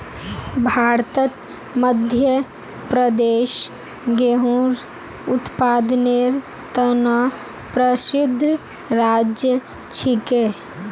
भारतत मध्य प्रदेश गेहूंर उत्पादनेर त न प्रसिद्ध राज्य छिके